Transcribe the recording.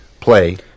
play